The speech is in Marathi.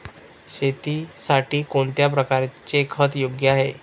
शेतीसाठी कोणत्या प्रकारचे खत योग्य आहे?